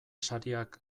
sariak